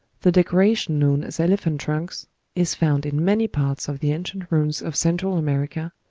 the decoration known as elephant-trunks is found in many parts of the ancient ruins of central america,